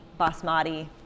basmati